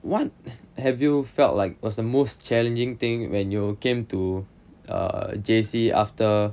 what have you felt like was the most challenging thing when you came to err J_C after